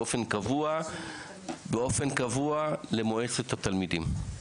באופן קבוע למועצת התלמידים.